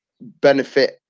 benefit